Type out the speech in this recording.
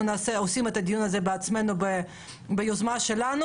עושים את הדיון הזה בעצמנו ביוזמה שלנו.